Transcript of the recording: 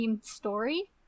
story